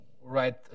right